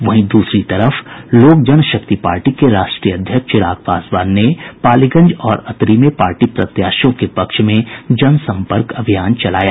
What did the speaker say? वहीं दूसरी तरफ लोक जनशक्ति पार्टी के राष्ट्रीय अध्यक्ष चिराग पासवान ने पालीगंज और अतरी में पार्टी प्रत्याशियों के पक्ष में जनसंपर्क अभियान चलाया